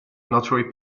notary